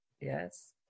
yes